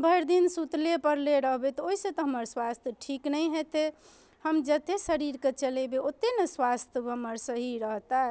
भरि दिन सुतले पड़ले रहबै तऽ ओयसँ तऽ हमर स्वास्थ ठीक नहि हेतै हम जते शरीरके चलेबै ओतेने स्वास्थ हमर सही रहतै